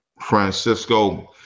Francisco